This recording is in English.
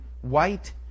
white